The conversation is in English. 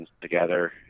together